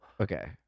Okay